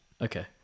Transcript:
Okay